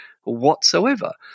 whatsoever